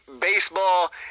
baseball